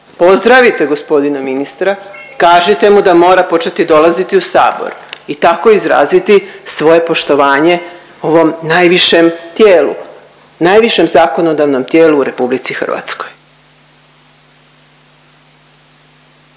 pozdravite gospodina ministra, kažite mu da mora početi dolaziti u sabor i tako izraziti svoje poštovanje ovom najvišem tijelu. Najvišem zakonodavnom tijelu u RH.